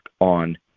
on